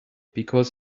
because